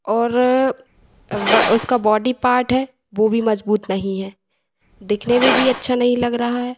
और वा उसका बॉडी पार्ट है वह भी मज़बूत नहीं है दिखने में भी अच्छा नहीं लग रहा है